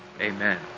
Amen